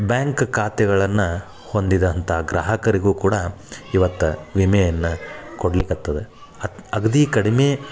bank ಖಾತೆಗಳನ್ನು ಹೊಂದಿದಂಥ ಗ್ರಾಹಕರಿಗೂ ಕೂಡ ಇವತ್ತು ವಿಮೆಯನ್ನು ಕೊಡಲಿಕತ್ತದ ಅಗದಿ ಕಡಿಮೆ